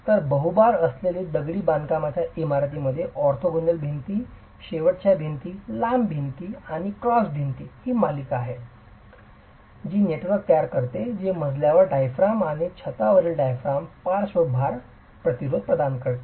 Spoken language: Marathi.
तर बहुभार असलेल्या दगडी बांधकामाच्या इमारतीमध्ये ऑर्थोगोनल भिंती शेवटच्या भिंती लांब भिंती आणि क्रॉस भिंती ही मालिका आहे जी नेटवर्क तयार करते जे मजल्यावरील डाईफ्राम आणि छतावरील डायाफ्रामसह पार्श्व भार प्रतिरोध प्रदान करते